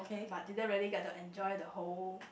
but didn't really get to enjoy the whole